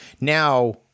now